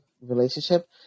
relationship